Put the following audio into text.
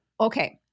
okay